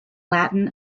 latin